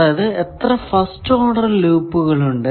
അതായത് എത്ര first order ലൂപ്പുകൾ ഉണ്ട്